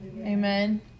Amen